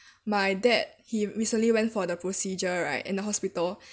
my dad he recently went for the procedure right in the hospital